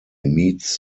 meets